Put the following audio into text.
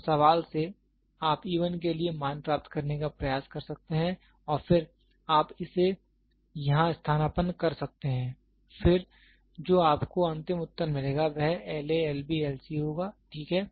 तो सवाल से आप e 1 के लिए मान प्राप्त करने का प्रयास कर सकते हैं और फिर आप इसे यहां स्थानापन्न कर सकते हैं फिर जो आपको अंतिम उत्तर मिलेगा वह है L A L B L C होगा ठीक है